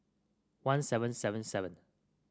one seven seven seven